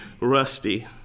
rusty